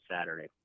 Saturday